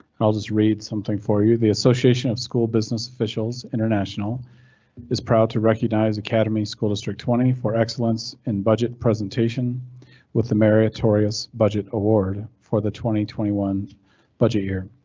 i'll just read something for you. the association of school business officials international is proud to recognize academy school district twenty excellence and budget presentation with the meritorious budget award for the twenty twenty one budget year.